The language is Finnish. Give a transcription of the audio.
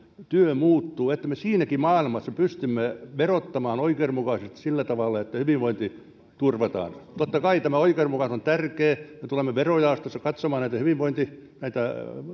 työ muuttuu että me siinäkin maailmassa pystymme verottamaan oikeudenmukaisesti sillä tavalla että hyvinvointi turvataan totta kai oikeudenmukaisuus on tärkeää me tulemme verojaostossa katsomaan näitä